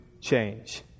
change